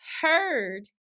heard